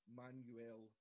manuel